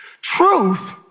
Truth